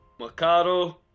Macaro